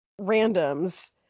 randoms